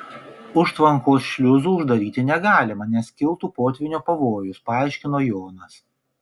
užtvankos šliuzų uždaryti negalima nes kiltų potvynio pavojus paaiškino jonas